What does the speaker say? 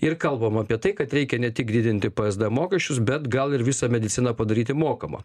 ir kalbam apie tai kad reikia ne tik didinti psd mokesčius bet gal ir visą mediciną padaryti mokamą